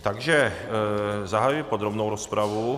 Takže zahajuji podrobnou rozpravu.